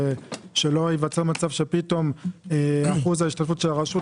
וכדי שלא ייווצר מצב שפתאום אחוז ההשתתפות של הרשות,